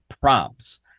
prompts